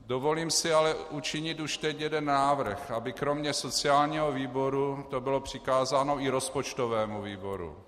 Dovolím si ale učinit už teď jeden návrh, aby kromě sociálního výboru to bylo přikázáno i rozpočtovému výboru.